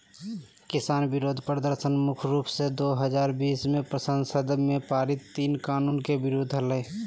किसान विरोध प्रदर्शन मुख्य रूप से दो हजार बीस मे संसद में पारित तीन कानून के विरुद्ध हलई